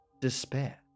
despair